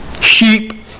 sheep